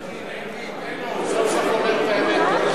הוא סוף-סוף אומר את האמת.